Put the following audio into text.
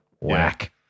Whack